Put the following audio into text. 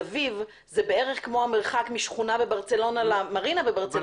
אביב הוא בערך כמו המרחק משכונה בברצלונה למרינה בברצלונה.